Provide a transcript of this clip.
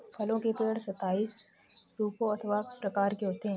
फलों के पेड़ सताइस रूपों अथवा प्रकार के होते हैं